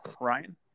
ryan